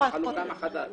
לחלוקה מחדש.